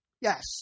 Yes